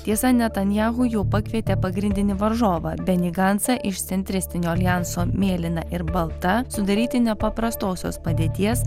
tiesa netanjahu jau pakvietė pagrindinį varžovą benį gancą iš centristinio aljanso mėlyna ir balta sudaryti nepaprastosios padėties